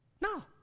No